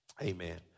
Amen